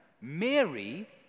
Mary